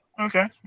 Okay